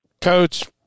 Coach